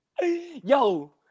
yo